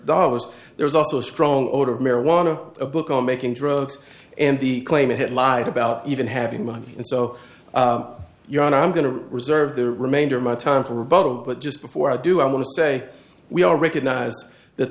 dollars there is also a strong odor of marijuana a book on making drugs and the claim it had lied about even having money and so you're on i'm going to reserve the remainder of my time for a revote but just before i do i want to say we all recognize that